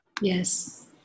Yes